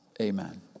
Amen